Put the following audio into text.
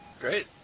Great